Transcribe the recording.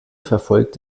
verfolgt